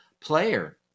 player